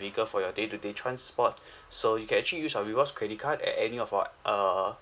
vehicle for your day to day transport so you can actually use your rewards credit card at any of our err